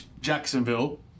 Jacksonville